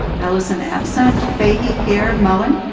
allison absent. fahey, here. mullin?